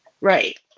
Right